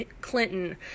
Clinton